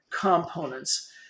components